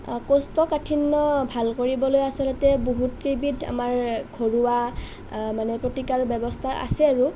কোষ্ঠকাঠিন্য ভাল কৰিবলৈ আচলতে বহুত কেইবিধ আমাৰ ঘৰুৱা মানে প্ৰতিকাৰ ব্যৱস্থা আছে আৰু